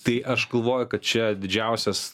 tai aš galvoju kad čia didžiausias